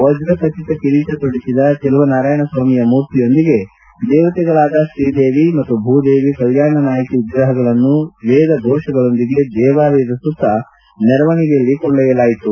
ವಜ್ರ ಖಚಿತ ಕಿರೀಟ ತೊಡಿಸಿದ ಚೆಲುವನಾರಾಯಣ ಸ್ವಾಮಿಯ ಮೂರ್ತಿಯೊಂದಿಗೆ ದೇವತೆ ಶ್ರೀದೇವಿ ಮತ್ತು ಭೂದೇವಿ ಕಲ್ಯಾಣ ನಾಯಕಿ ವಿಗ್ರಹಗಳನ್ನೂ ವೇದ ಘೋಷಗಳೊಂದಿಗೆ ದೇವಾಲಯದ ಸುತ್ತ ಮೆರವಣೆಗೆಯಲ್ಲಿ ಕೊಂಡೊಯ್ಲಲಾಯಿತು